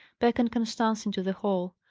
beckoned constance into the hall.